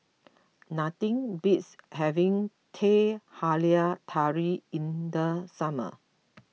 nothing beats having Teh Halia Tarik in the summer